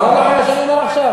זה לא נכון מה שאני אומר עכשיו?